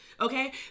okay